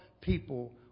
people